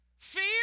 Fear